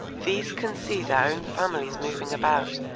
these can see their own families moving about,